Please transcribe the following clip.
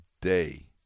day